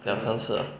两三次 ah